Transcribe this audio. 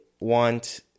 want